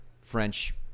French